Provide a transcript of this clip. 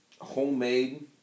Homemade